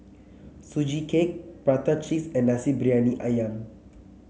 Sugee Cake Prata Cheese and Nasi Briyani ayam